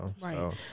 right